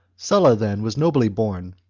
sulla, then, was nobly born,